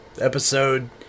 episode